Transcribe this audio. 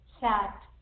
sat